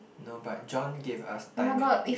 no but John gave us Thai milk tea